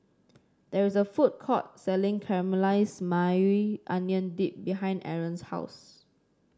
there is a food court selling Caramelize Maui Onion Dip behind Arron's house